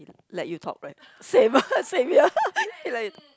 he let you talk right same same ya he like